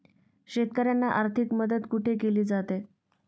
शेतकऱ्यांना आर्थिक मदत कुठे केली जाते?